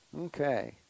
okay